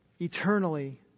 eternally